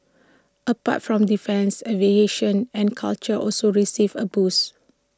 apart from defence aviation and culture also received A boost